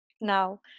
Now